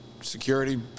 security